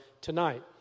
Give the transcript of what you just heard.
tonight